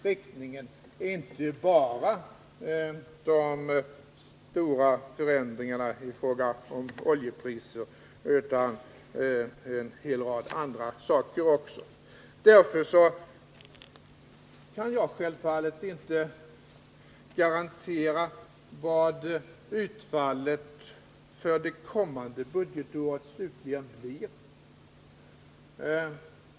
Jag tänker inte bara på de stora förändringarna i fråga om oljepriserna utan också på en hel rad andra saker. Därför kan jag självfallet inte garantera vilket utfallet för det kommande budgetåret slutligen blir.